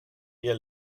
ihr